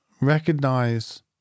recognize